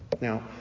Now